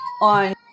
on